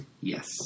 Yes